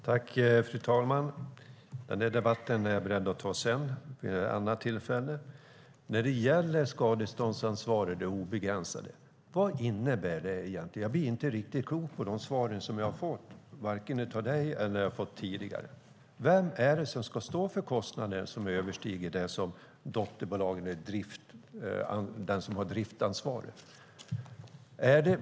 Fru talman! Den debatten är jag beredd att ta vid ett annat tillfälle. Vad innebär det obegränsade skadeståndsansvaret? Jag blir inte riktigt klok på de svar som jag fått från Jonas Jacobsson Gjörtler och andra. Vem ska stå för den kostnad som överstiger det som den som har driftansvaret ska betala?